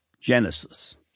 Genesis